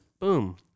boom